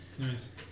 Nice